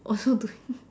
also doing